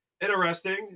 Interesting